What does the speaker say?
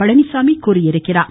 பழனிச்சாமி தெரிவித்துள்ளார்